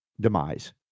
demise